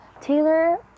Taylor